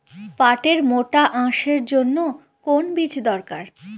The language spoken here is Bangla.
পাটের মোটা আঁশের জন্য কোন বীজ দরকার?